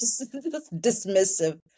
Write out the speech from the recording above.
Dismissive